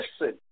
listen